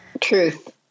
Truth